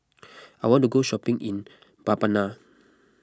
I want to go shopping in Mbabana